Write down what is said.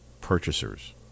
purchasers